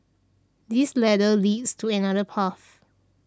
this ladder leads to another path